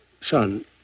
Son